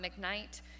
McKnight